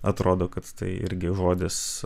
atrodo kad tai irgi žodis